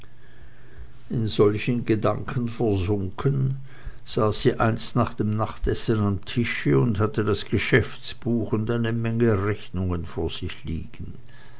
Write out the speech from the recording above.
in solche gedanken versunken saß sie einst nach dem nachtessen am tische und hatte das geschäftsbuch und eine menge rechnungen vor sich liegen